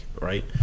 right